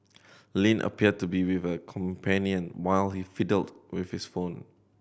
Lin appeared to be with a companion while he fiddled with his phone